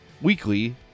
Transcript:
weekly